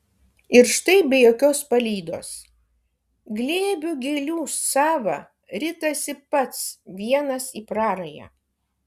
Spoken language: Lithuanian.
ir štai be jokios palydos glėbių gėlių sava ritasi pats vienas į prarają